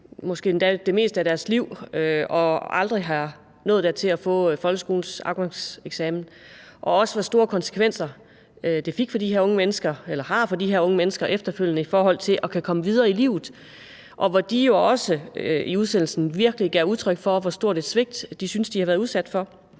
måske endda det meste af deres liv, og som aldrig er nået dertil at få folkeskolens afgangseksamen, og også hvor store konsekvenser det har for de her unge mennesker efterfølgende i forhold til at kunne komme videre i livet, og hvor de jo i udsendelsen også virkelig gav udtryk for, hvor stort et svigt de syntes de havde været udsat for.